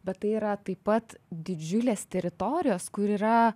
bet tai yra taip pat didžiulės teritorijos kur yra